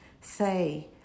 say